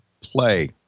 play